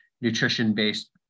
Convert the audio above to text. nutrition-based